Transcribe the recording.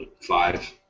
five